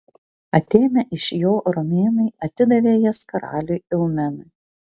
atėmę iš jo romėnai atidavė jas karaliui eumenui